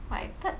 but I thought